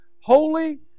holy